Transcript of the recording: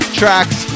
tracks